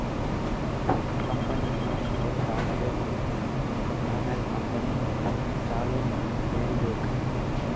ಕಂಪನಿನಾಗ್ ರೊಕ್ಕಾ ಹಾಕಬೇಕ್ ಆಮ್ಯಾಲ ಕಂಪನಿ ಛಲೋ ಬೆಳೀಬೇಕ್